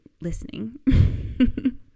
listening